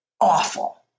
awful